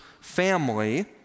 family